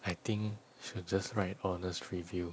I think should just write a honest review